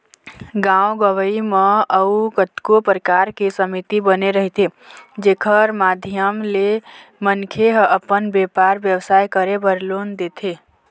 गाँव गंवई म अउ कतको परकार के समिति बने रहिथे जेखर माधियम ले मनखे ह अपन बेपार बेवसाय करे बर लोन देथे